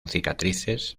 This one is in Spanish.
cicatrices